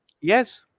Yes